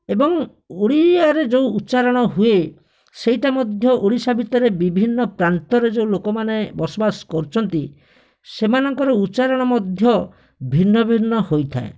ଏବଂ ଓଡ଼ିଆରେ ଯେଉଁ ଉଚ୍ଚାରଣ ହୁଏ ସେଇଟା ମଧ୍ୟ ଓଡ଼ିଶା ଭିତରେ ବିଭିନ୍ନ ପ୍ରାନ୍ତରେ ଯେଉଁ ଲୋକମାନେ ବସବାସ କରୁଛନ୍ତି ସେମାନଙ୍କର ଉଚ୍ଚାରଣ ମଧ୍ୟ ଭିନ୍ନ ଭିନ୍ନ ହୋଇଥାଏ